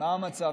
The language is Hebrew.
מה המצב,